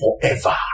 forever